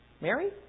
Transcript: Mary